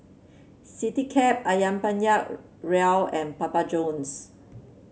Citycab ayam Penyet Ria and Papa Johns